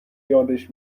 یادش